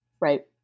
Right